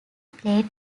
played